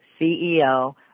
CEO